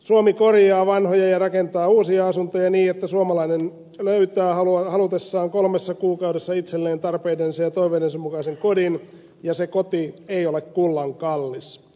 suomi korjaa vanhoja ja rakentaa uusi asuntoja niin että suomalainen löytää halutessaan kolmessa kuukaudessa itselleen tarpeidensa ja toiveidensa mukaisen kodin ja se koti ei ole kullan kallis